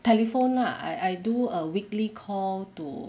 telephone lah I I do a weekly call to